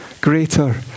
greater